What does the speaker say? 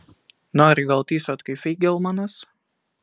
nori gal tysot kaip feigelmanas